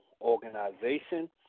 organization